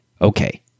Okay